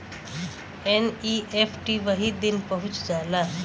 NEFT वही दिन पहुंच जाला